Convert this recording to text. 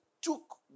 took